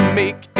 make